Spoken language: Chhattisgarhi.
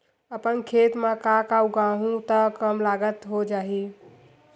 अपन खेत म का का उगांहु त कम लागत म हो जाही?